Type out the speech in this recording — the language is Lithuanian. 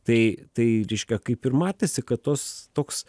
tai tai reiškia kaip ir matėsi kad tos toks